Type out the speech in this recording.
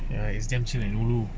ya it's damn chill and ulu